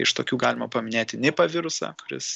iš tokių galima paminėti nipa virusą kuris